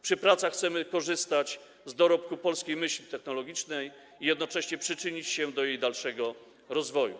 Przy pracach chcemy korzystać z dorobku polskiej myśli technologicznej i jednocześnie przyczynić się do jej dalszego rozwoju.